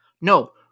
No